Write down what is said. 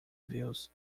views